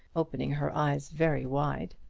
opening her eyes very wide.